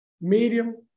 medium